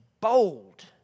bold